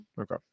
okay